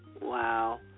Wow